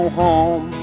home